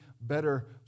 better